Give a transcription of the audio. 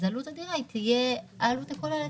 אז עלות הדירה היא תהיה העלות הכוללת.